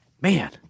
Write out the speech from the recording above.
Man